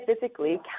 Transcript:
physically